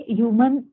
human